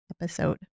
episode